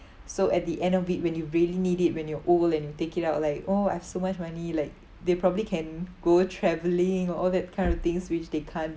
so at the end of it when you really need it when you're old and you take it out like oh I've so much money like they probably can go travelling all that kind of things which they can't